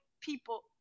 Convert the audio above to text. people